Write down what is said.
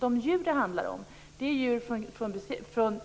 De djur det handlar om är djur från